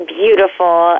beautiful